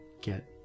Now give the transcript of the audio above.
get